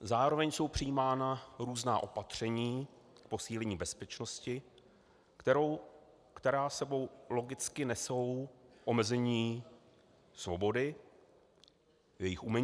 Zároveň jsou přijímána různá opatření k posílení bezpečnosti, která s sebou logicky nesou omezení svobody, její umenšení.